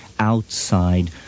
outside